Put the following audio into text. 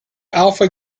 alpha